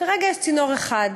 כרגע יש צינור אחד,